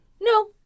No